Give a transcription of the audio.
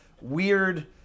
weird